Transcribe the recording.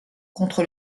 contre